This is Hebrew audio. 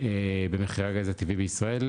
במחירי הגז הטבעי בישראל,